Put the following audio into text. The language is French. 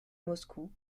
moscou